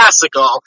classical